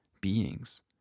beings